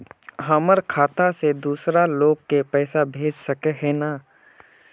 हमर खाता से दूसरा लोग के पैसा भेज सके है ने?